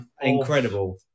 Incredible